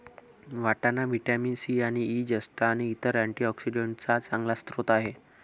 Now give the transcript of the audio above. वाटाणा vitamin C आणि E, जस्त आणि इतर अँटीऑक्सिडेंट्सचा चांगला स्रोत आहे